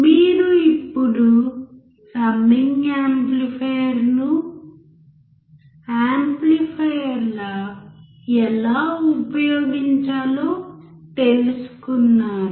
మీరు ఇప్పుడు సమ్మింగ్ యాంప్లిఫైయర్ను యాంప్లిఫైయర్ ఎలా ఉపయోగించాలో తెలుసుకున్నారు